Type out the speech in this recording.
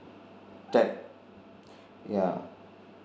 that yeah